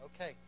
okay